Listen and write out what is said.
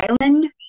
island